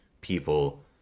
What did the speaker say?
people